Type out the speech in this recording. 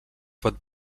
pot